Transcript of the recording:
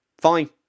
fine